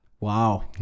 Wow